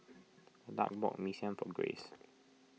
Lark bought Mee Siam for Grace